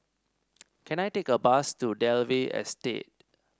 can I take a bus to Dalvey Estate